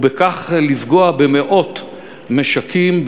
ובכך לפגיעה במאות משקים,